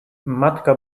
matka